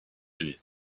unis